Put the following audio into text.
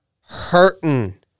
hurting